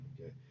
Okay